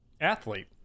athlete